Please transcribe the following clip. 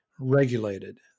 regulated